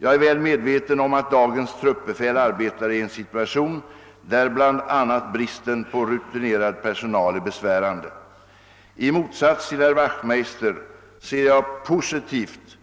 Jag är väl medveten om att dagens truppbefäl arbetar i en situation där bl.a. bristen på rutinerad personal är besvärande. Särskilda åtgärder vidtas också för att underlätta arbetet för truppbefälet. I motsats till herr Wachtmeister ser jag positivt